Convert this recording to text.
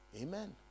Amen